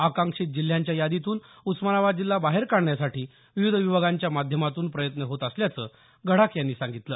आकांक्षित जिल्ह्यांच्या यादीतून उस्मानाबाद जिल्हा बाहेर काढण्यासाठी विविध विभागांच्या माध्यमातून प्रयत्न होत असल्याचं गडाख यांनी सांगितलं